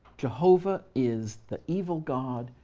jehovah is the evil god,